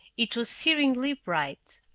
it was searingly bright.